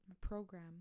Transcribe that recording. Program